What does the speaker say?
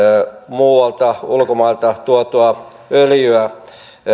muualta ulkomailta tuotua öljyä